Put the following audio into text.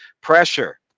Pressure